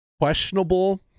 questionable